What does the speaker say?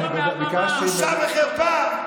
בושה וחרפה.